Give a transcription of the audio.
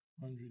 hundred